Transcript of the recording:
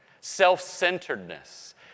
Self-centeredness